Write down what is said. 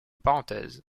parenthèses